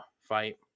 fight